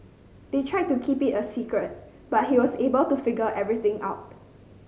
they tried to keep it a secret but he was able to figure everything out